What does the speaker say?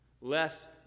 less